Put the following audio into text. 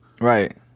Right